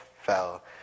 fell